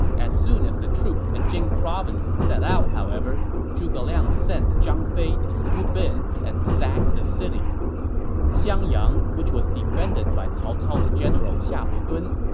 as soon as the troops at jing province set out, however, zhuge liang sent zhang fei to swoop in and sack the city xiangyang, which was defended by cao cao's general xiahou dun,